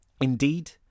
Indeed